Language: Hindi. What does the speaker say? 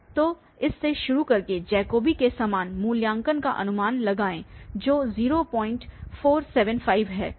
तो इस से शुरू करके जैकोबी के समान मूल्यांकन का अनुमान लगाएं जो 0475 है